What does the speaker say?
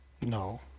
No